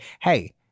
hey